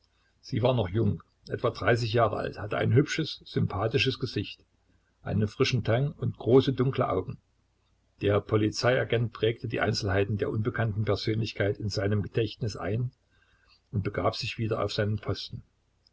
sie war noch jung etwa dreißig jahre alt hatte ein hübsches sympathisches gesicht einen frischen teint und große dunkle augen der polizeiagent prägte die einzelheiten der unbekannten persönlichkeit in seinem gedächtnis ein und begab sich wieder auf seinen posten